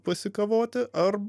pasikavoti ar